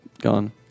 gone